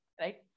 right